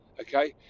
Okay